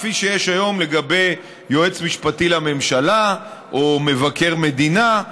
כפי שיש היום לגבי יועץ משפטי לממשלה או מבקר מדינה.